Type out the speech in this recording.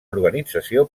organització